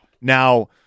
Now